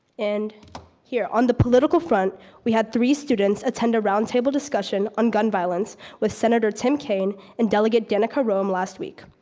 and here. on the political front we have three students attend a round table discussion on gun violence with senator tim kaine and delegate danica roem last week.